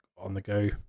on-the-go